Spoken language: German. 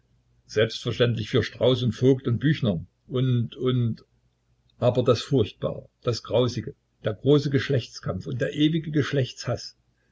selbstverständlich für strauß und vogt und büchner und und aber das furchtbare das grausige der große geschlechtskampf und der ewige